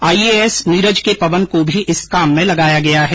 IAS Neeraj K Pawan को भी इस काम में लगाया गया है